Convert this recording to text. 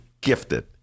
gifted